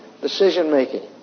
decision-making